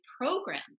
programmed